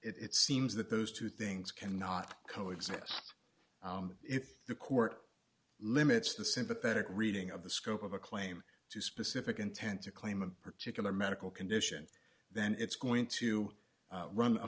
it seems that those two things cannot co exist if the court limits the sympathetic reading of the scope of a claim to specific intent to claim a particular medical condition then it's going to run